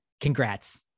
Congrats